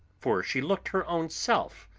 for she looked her own self,